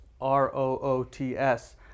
R-O-O-T-S